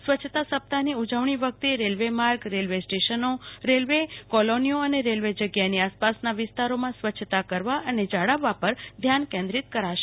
સ્વચ્છતા સપ્તાહની ઉજવણી વેખતે રેલ્વે માર્ગુ રેલ્વે સ્ટેશનો રેલ્વે કોલોનીઓ અને રેલ્વની જગ્યાની આસપાસના વિસ્તારોમાં સ્વચ્છતા કરવા અને જાળવવા ઉપર ધ્યાન કેન્દ્રીત કરાશે